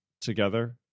together